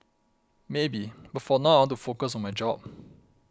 maybe but for now ought to focus on my job